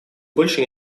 больше